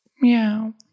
meow